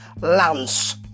Lance